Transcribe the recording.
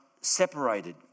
separated